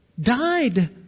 died